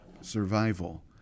survival